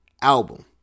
album